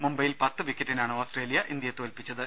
മുംബൈയിൽ പത്തു വിക്കറ്റിനാണ് ഓസ്ട്രേലിയ ഇന്ത്യയെ തോൽപ്പിച്ചത്